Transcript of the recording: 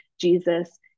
Jesus